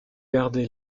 gardé